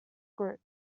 group